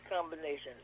combination